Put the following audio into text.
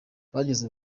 bagize